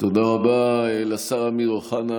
תודה רבה לשר אמיר אוחנה.